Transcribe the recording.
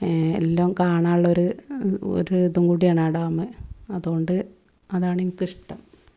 എല്ലാം കാണാനുള്ളൊരു ഒരിതും കൂടെയാണ് ആ ഡാമ് അതുകൊണ്ട് അതാണെനിക്കിഷ്ടം